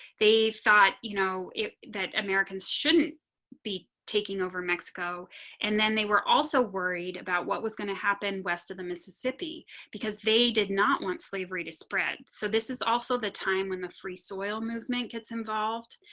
they thought you know it that americans shouldn't be taking over mexico and then they were also worried about what was going to happen west of the mississippi because they did not want slavery to spread. so this is also the time when the free soil movement gets involved.